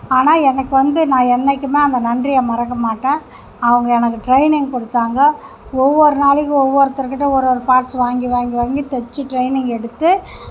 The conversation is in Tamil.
ஆனால் எனக்கு வந்து நான் என்னைக்கும் அந்த நன்றியை மறக்க மாட்டேன் அவங்க எனக்கு ட்ரைனிங் கொடுத்தாங்க ஒவ்வொரு நாளைக்கும் ஒவ்வொருத்தர் கிட்டே ஒரு ஒரு பாட்ஸ் வாங்கி வாங்கி வாங்கி தைச்சி ட்ரைனிங் எடுத்து